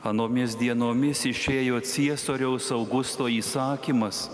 anomis dienomis išėjo ciesoriaus augusto įsakymas